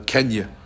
Kenya